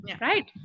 Right